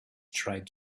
tried